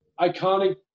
iconic